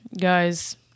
guys